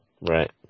Right